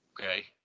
Okay